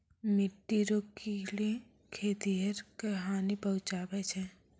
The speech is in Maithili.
मिट्टी रो कीड़े खेतीहर क हानी पहुचाबै छै